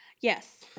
Yes